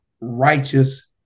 righteous